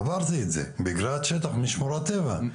עברתי את זה, מגרעת שטח משוכנת טבע.